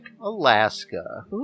Alaska